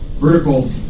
vertical